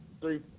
three